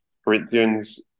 Corinthians